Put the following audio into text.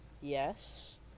Yes